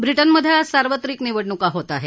ब्रिटनमध्ये आज सार्वत्रिक निवडणूका होत आहेत